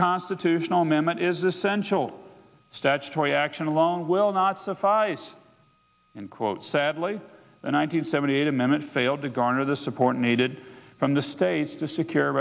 constitutional amendment is essential statutory action alone will not suffice in quote sadly and i hundred seventy eight amendment failed to garner the support needed from the states to secure